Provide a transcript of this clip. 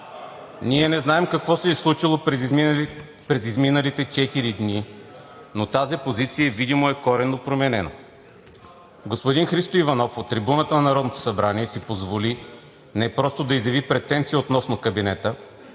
Ние не знаем какво се е случило през изминалите четири дни, но тази позиция видимо е коренно променена. Господин Христо Иванов от трибуната на Народното събрание си позволи не просто да изяви претенции относно кабинета,